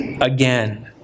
again